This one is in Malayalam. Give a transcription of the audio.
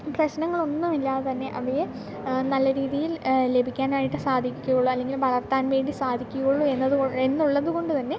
പ്രശ്നങ്ങളൊന്നും ഇല്ലാതെ തന്നെ അവയെ നല്ല രീതിയിൽ ലഭിക്കാനായിട്ട് സാധിക്കുകയുള്ളൂ അല്ലെങ്കിൽ വളർത്താൻ വേണ്ടി സാധിക്കുകയുള്ളൂ എന്നത് എന്നുള്ളതുകൊണ്ട് തന്നെ